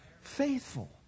Faithful